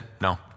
no